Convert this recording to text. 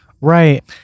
Right